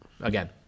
again